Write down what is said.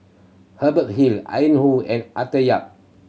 Hubert Hill Ian Woo and Arthur Yap